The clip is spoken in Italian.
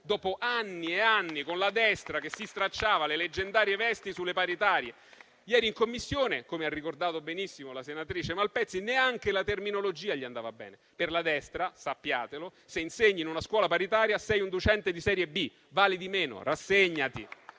dopo anni e anni, con la destra che si stracciava le leggendarie vesti sulle paritarie. Ieri in Commissione - come ha ricordato benissimo la senatrice Malpezzi - neanche la terminologia gli andava bene. Per la destra, sappia che, se insegni in una scuola paritaria, sei un docente di serie B, vali di meno: rassegnati.